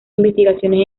investigaciones